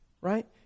Right